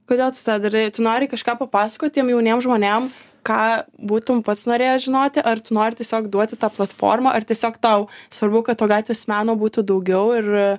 kodėl tu tą darai tu nori kažką papasakot tiems jauniem žmonėm ką būtum pats norėjęs žinoti ar tu nori tiesiog duoti tą platformą ar tiesiog tau svarbu kad to gatvės meno būtų daugiau ir